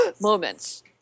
moments